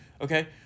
okay